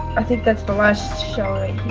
i think that's the last shell right